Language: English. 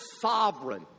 sovereign